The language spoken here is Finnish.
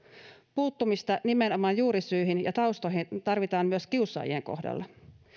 puuttumista nimenomaan juurisyihin ja taustoihin tarvitaan myös kiusaajien kohdalla